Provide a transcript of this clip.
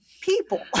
people